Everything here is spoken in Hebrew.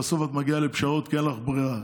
בסוף את מגיעה לפשרות כי אין לך ברירה,